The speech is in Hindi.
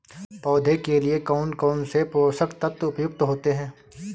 पौधे के लिए कौन कौन से पोषक तत्व उपयुक्त होते हैं?